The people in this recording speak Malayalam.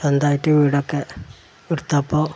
സ്വാന്തമായിട്ട് വീടൊക്കെ എടുത്തപ്പോൾ